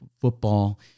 football